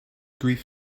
grief